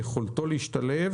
צריך להוסיף